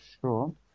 sure